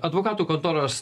advokatų kontoros